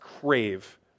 crave